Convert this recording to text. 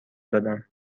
دادم